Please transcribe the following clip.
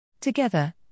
Together